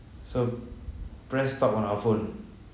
so press stop on our phone